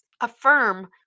affirm